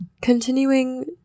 continuing